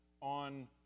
on